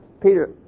Peter